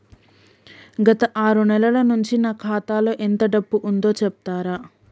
గత ఆరు నెలల నుంచి నా ఖాతా లో ఎంత డబ్బు ఉందో చెప్తరా?